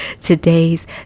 today's